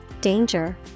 danger